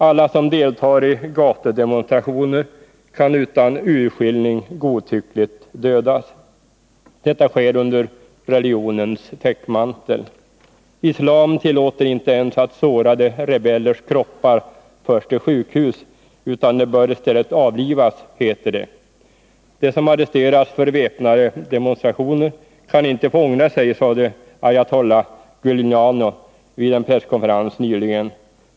Alla som deltar i gatudemonstrationer kan utan urskillning godtyckligt dödas. Detta sker under religonens täckmantel. Islam tillåter inte ens att sårade rebeller förs till sjukhus utan de bör i stället avlivas, heter det. De som arresteras för väpnade demonstrationer kan inte få ångra sig, sade ayatollah Guilani vid en presskonferens nyligen.